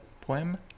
poem